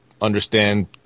understand